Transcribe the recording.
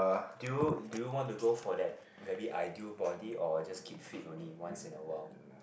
do you do you want to go for that very ideal body or just keep fit only once in a while